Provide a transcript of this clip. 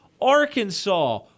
Arkansas